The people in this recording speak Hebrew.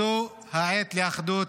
זו העת לאחדות